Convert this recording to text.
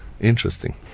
Interesting